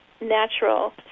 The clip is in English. natural